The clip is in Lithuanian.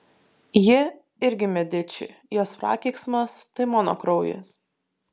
ji irgi mediči jos prakeiksmas tai mano kraujas